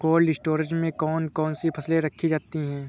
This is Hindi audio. कोल्ड स्टोरेज में कौन कौन सी फसलें रखी जाती हैं?